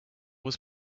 was